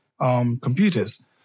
computers